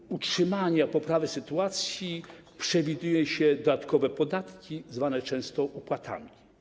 W celu utrzymania poprawy sytuacji przewiduje się dodatkowe podatki zwane często opłatami.